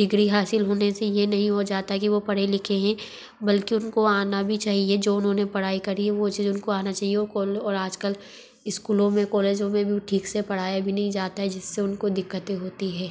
degree हासिल होने से ये नहीं हो जाता कि वो पढे लिखे हैं बल्कि उनको आना भी चाहिए जो उन्होंने पढ़ाई करी है वो चीज़ उनको आना चाहिए वो कोल और आज कल इस्कूलों मे कॉलेजों मे भी ठीक से पढ़ाया नहीं जाता जिस से उनको दिक्कतें होती है